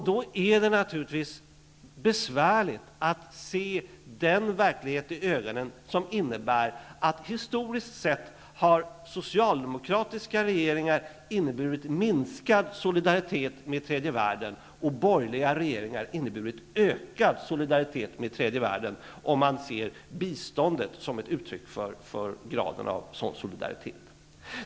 Då är det naturligtvis besvärligt att se den verklighet i ögonen som innebär att socialdemokratiska regeringar historiskt sett har medfört en minskad solidaritet med tredje världen och att borgerliga regeringar inneburit en ökad solidaritet med tredje världen, om man ser biståndet som ett uttryck för graden av en sådan solidaritet.